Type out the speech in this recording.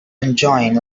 enjoying